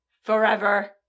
forever